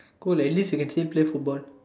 cool at least you can still play football